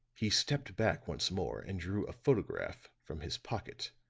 he stepped back once more and drew a photograph from his pocket.